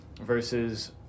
versus